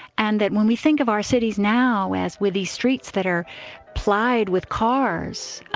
and that when we think of our cities now, as with the streets that are plied with cars,